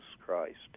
Christ